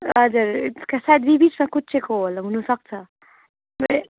हजुर सायद बि बिचमा कुच्चिएको होला हुनुसक्छ